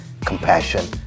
compassion